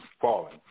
falling